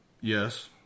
Yes